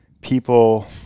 people